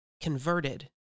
converted